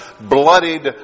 bloodied